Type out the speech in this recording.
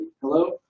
hello